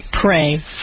Pray